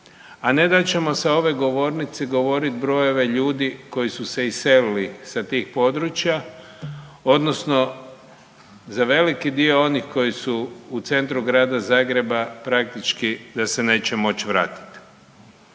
a ne da ćemo sa ove govornice govorit brojeve ljude koji su se iselili sa tih područja odnosno za veliki dio onih koji su u centru Grada Zagreba praktički da se neće moći vratiti.